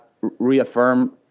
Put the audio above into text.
reaffirm